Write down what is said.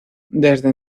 desde